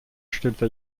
stellte